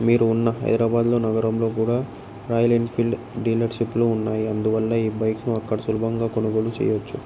మీరు ఉన్న హైదరాబాద్లో నగరంలో కూడా రాయల్ ఎన్ఫీల్డ్ డీలర్షిప్లు ఉన్నాయి అందువల్ల ఈ బైక్ను అక్కడ సులభంగా కొనుగోలు చేయొచ్చు